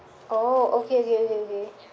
oh okay okay okay okay